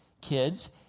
Kids